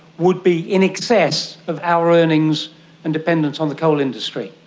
would be in excess of our earnings and dependence on the coal industry.